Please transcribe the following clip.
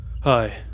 Hi